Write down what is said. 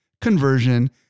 conversion